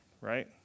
Right